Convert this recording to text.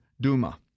Duma